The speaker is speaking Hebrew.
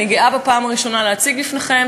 אני גאה בפעם הראשונה להציג בפניכם,